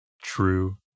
True